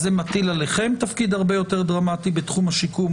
זה מטיל עליכם תפקיד הרבה יותר דרמטי בתחום השיקום,